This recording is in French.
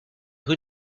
rues